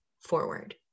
forward